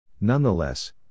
Nonetheless